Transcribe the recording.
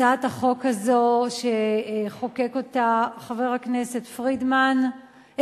הצעת החוק הזאת שחוקק חבר הכנסת פרידמן,